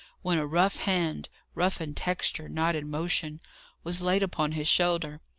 when a rough hand rough in texture, not in motion was laid upon his shoulder,